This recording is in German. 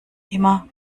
immer